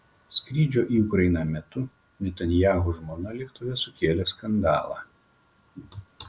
skrydžio į ukrainą metu netanyahu žmona lėktuve sukėlė skandalą